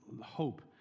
hope